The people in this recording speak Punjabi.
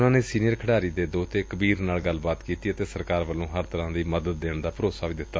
ਉਨ੍ਹਾਂ ਨੇਂ ਸੀਨੀਅਰ ਖਿਡਾਰੀ ਦੇ ਦੋਹਤੇ ਕਬੀਰ ਨਾਲ ਗੱਲਬਾਤ ਕੀਤੀ ਅਤੇ ਸਰਕਾਰ ਵੱਲੋ' ਹਰ ਤਰ੍ਪਾਂ ਦੀ ਮਦਦ ਦੇਣ ਦਾ ਭਰੋਸਾ ਦਿੱਤਾ